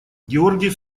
георгий